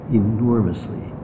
enormously